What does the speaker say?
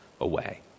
away